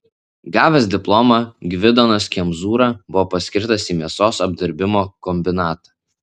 gavęs diplomą gvidonas kemzūra buvo paskirtas į mėsos apdirbimo kombinatą